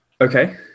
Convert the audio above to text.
Okay